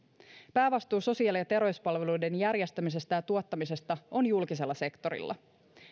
päävastuu sosiaali ja terveyspalveluiden järjestämisestä ja tuottamisesta on julkisella sektorilla